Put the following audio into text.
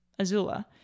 Azula